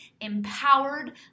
empowered